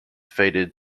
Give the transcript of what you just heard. faded